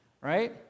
right